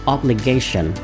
Obligation